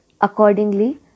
Accordingly